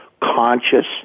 conscious